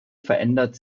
verändert